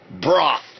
broth